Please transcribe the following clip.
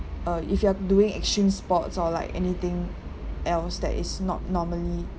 uh if you are doing extreme sports or like anything else that is not normally